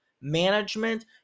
management